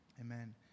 Amen